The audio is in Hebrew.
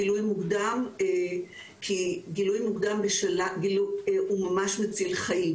גילוי מוקדם כי גילוי מוקדם הוא ממש מציל חיים.